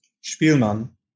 Spielmann